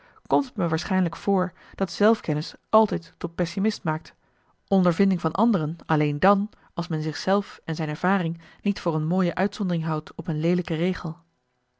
me waarschijnlijk voor dat zelfkennis altijd tot pessimist maakt ondervinding van anderen alleen dan als men zich zelf en zijn ervaring niet voor een mooie uitzondering houdt op een leelijke regel